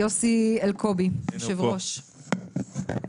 יוסי אלקובי, בבקשה.